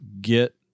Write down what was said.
get